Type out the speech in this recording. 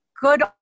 good